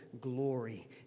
glory